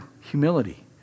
humility